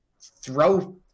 throw